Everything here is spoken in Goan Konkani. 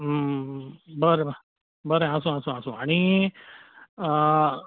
बरें ब बरें आसूं आसूं आसूं आनी